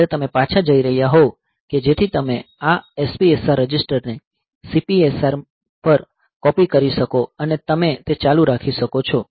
જ્યારે તમે પાછા જઈ રહ્યા હોવ કે જેથી તમે આ SPSR રજિસ્ટરને CPSR પર કૉપિ કરી શકો અને તમે તે ચાલુ રાખી શકો છો